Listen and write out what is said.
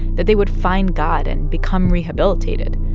that they would find god and become rehabilitated.